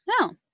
No